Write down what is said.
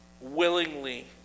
willingly